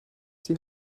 die